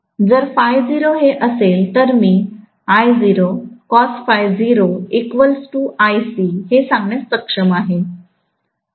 जर हे असेल तर मीहे सांगण्यास सक्षम आहे आणि